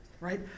right